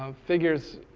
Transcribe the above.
um figures